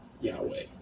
yahweh